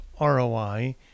ROI